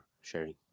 sharing